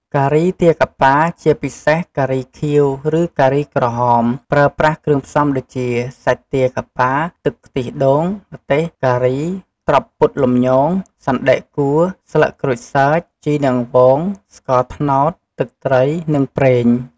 ការីទាកាប៉ា ជាពិសេសការីខៀវ ឬការីក្រហម ប្រើប្រាស់គ្រឿងផ្សំដូចជា សាច់ទាកាប៉ា ទឹកខ្ទិះដូង ម្ទេស ការី ត្រប់ពុតលំញង សណ្តែកកួរ ស្លឹកក្រូចសើច ជីរនាងវង ស្ករត្នោត ទឹកត្រី និងប្រេង។